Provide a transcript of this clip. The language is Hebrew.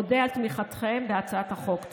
אודה על תמיכתכם בהצעת החוק.